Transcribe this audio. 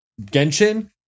Genshin